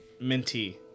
minty